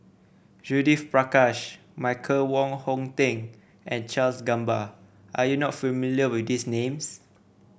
Judith Prakash Michael Wong Hong Teng and Charles Gamba are you not familiar with these names